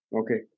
okay